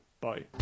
bye